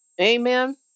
Amen